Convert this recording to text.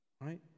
right